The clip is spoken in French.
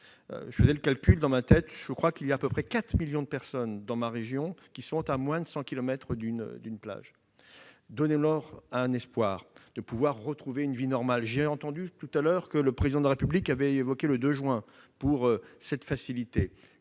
Je faisais le calcul dans ma tête : il y a à peu près 4 millions de personnes dans ma région qui se trouvent à moins de 100 kilomètres d'une plage. Donnez-leur un espoir de pouvoir retrouver une vie normale ! Je l'ai entendu tout à l'heure, le Président de la République aurait évoqué la date du 2 juin pour autoriser